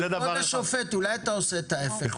כבוד השופט, אולי אתה עושה את ההפך?